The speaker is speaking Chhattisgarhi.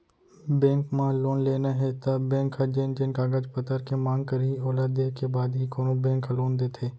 बेंक म लोन लेना हे त बेंक ह जेन जेन कागज पतर के मांग करही ओला देय के बाद ही कोनो बेंक ह लोन देथे